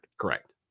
Correct